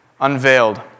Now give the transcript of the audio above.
unveiled